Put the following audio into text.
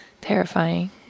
terrifying